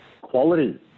quality